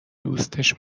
دوستش